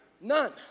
None